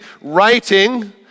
writing